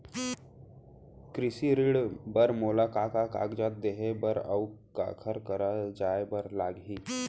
कृषि ऋण बर मोला का का कागजात देहे बर, अऊ काखर करा जाए बर लागही?